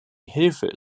hilfe